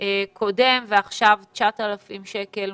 קודם ועכשיו מחזור של 9,000 שקלים.